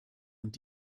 und